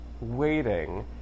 waiting